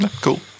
Cool